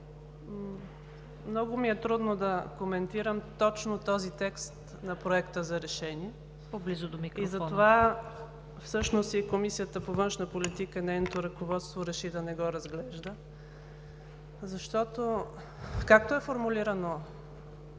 Много ми е трудно да коментирам точно този текст на Проекта на решение, затова всъщност Комисията по външна политика и нейното ръководство реши да не го разглежда. Защото, както е формулиран